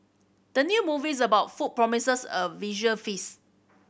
the new movies about food promises a visual feast